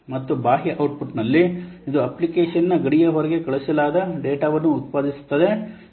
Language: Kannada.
ಮತ್ತು ಬಾಹ್ಯ ಔಟ್ಪುಟ್ನಲ್ಲಿ ಇದು ಅಪ್ಲಿಕೇಶನ್ನ ಗಡಿಯ ಹೊರಗೆ ಕಳುಹಿಸಲಾದ ಡೇಟಾವನ್ನು ಉತ್ಪಾದಿಸುತ್ತದೆ